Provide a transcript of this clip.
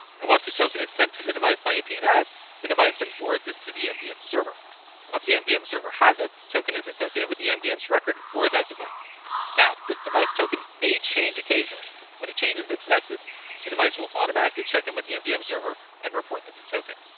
and once the token is sent to the device by apn s the device then forwards it to the mdm server once the mdm server has it the token is associated with the m dns record for that device now this device token may change occasionally when it changes it detected the device will automatically check in with the mdm server and report the new token.